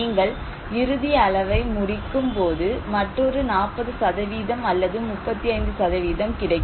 நீங்கள் இறுதி அளவை முடிக்கும்போது மற்றொரு 40 அல்லது 35 கிடைக்கும்